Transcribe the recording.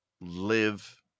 live